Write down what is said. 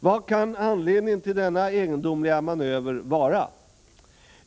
Vad kan då anledningen till denna egendomliga manöver vara?